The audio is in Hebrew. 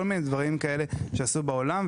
כל מיני דברים כאלה שעשו בעולם,